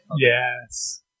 Yes